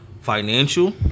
Financial